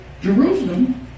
Jerusalem